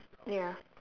ya